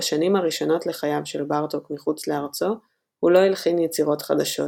בשנים הראשונות לחייו של בארטוק מחוץ לארצו הוא לא הלחין יצירות חדשות,